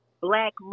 Black